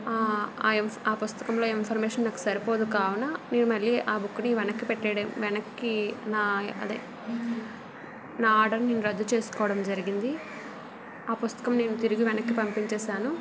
ఆ ఆ పుస్తకంలోని ఇన్ఫర్మేషన్ నాకు సరిపోదు కావున మీరు మళ్ళీ ఆ బుక్ని వెనక్కి పెట్టేయడం వెనక్కి నా అదే నా ఆర్డర్ నేను రద్దు చేసుకోవడం జరిగింది ఆ పుస్తకం నేను తిరిగి వెనక్కి పంపించేసాను